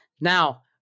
Now